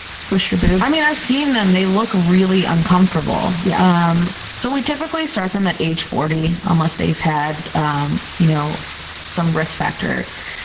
squish your boob. i mean, i've seen them. they look really uncomfortable. yeah um so we typically start them at age forty unless they've had um you know some risk factor.